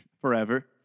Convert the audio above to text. forever